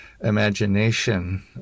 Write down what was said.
imagination